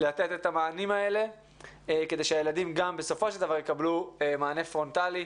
לתת את המענים האלה כדי שהילדים גם בסופו של דבר יקבלו מענה פרונטלי,